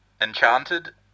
enchanted